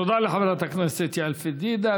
תודה לחברת הכנסת לאה פדידה.